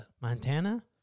Montana